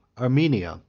armenia,